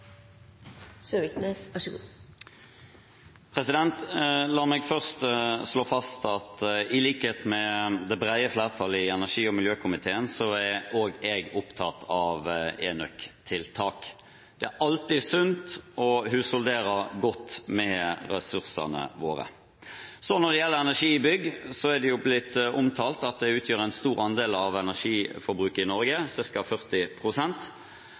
La meg først slå fast at i likhet med det brede flertallet i energi- og miljøkomiteen er også jeg opptatt av enøktiltak. Det er alltid sunt å husholdere godt med ressursene våre. Når det gjelder energibruken i bygg, er det blitt omtalt at det utgjør en stor andel av energiforbruket i Norge,